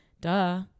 duh